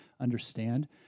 understand